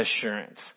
assurance